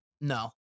No